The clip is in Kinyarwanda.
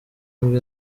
nibwo